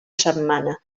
setmana